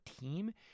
team—